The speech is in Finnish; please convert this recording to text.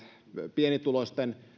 pienituloisten